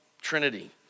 trinity